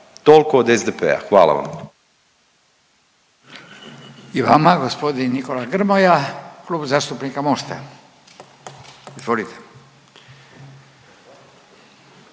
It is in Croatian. Furio (Nezavisni)** I vama. Gospodin Nikola Grmoja, Klub zastupnika Mosta. Izvolite.